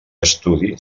estudi